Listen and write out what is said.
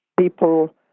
people